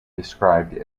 described